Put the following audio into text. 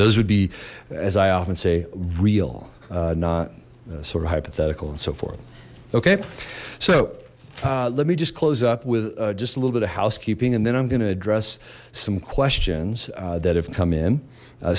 those would be as i often say real not sort of hypothetical and so forth okay so let me just close up with just a little bit of housekeeping and then i'm gonna address some questions that have come in